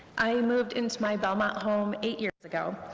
i moved into my belmont home eight years ago.